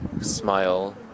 smile